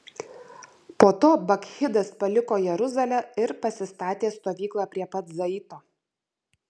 po to bakchidas paliko jeruzalę ir pasistatė stovyklą prie bet zaito